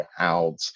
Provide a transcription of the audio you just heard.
out